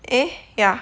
eh ya